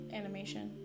animation